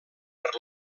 per